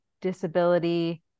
disability